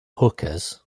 hookahs